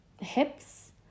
hips